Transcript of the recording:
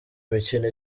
imikino